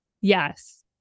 yes